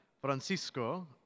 Francisco